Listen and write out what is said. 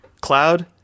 Cloud